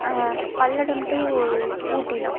Palladam to ஊட்டிண்ணா